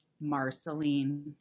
Marceline